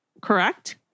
correct